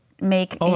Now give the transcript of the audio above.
make